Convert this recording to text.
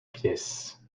pièce